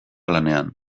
lanean